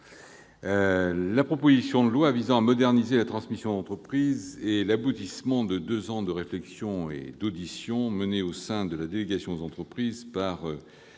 la proposition de loi visant à moderniser la transmission d'entreprise est l'aboutissement de deux ans de réflexions et d'auditions menées au sein de la délégation aux entreprises par